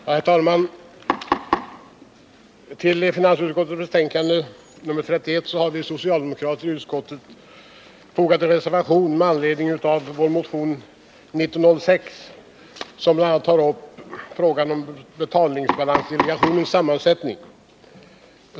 Herr talman! Till finansutskottets betänkande 1979 80:1906 bl.a. tar upp frågan om betalningsbalansdelegationens sammansättning.